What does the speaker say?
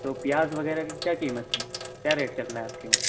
تو پیاز وغیرہ کی کیا قیمت ہے کیا ریٹ چل رہا ہے آپ کے وہاں